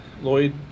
Lloyd